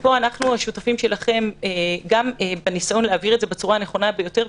ופה אנחנו השותפים שלכם גם בניסיון להעביר את זה בצורה הנכונה ביותר,